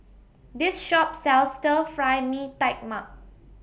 This Shop sells Stir Fry Mee Tai Mak